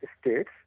states